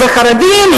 חרדים,